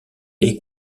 est